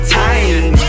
time